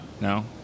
No